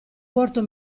porto